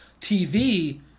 tv